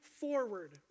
forward